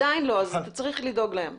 עדין לא, אז אתה צריך לדאוג להם.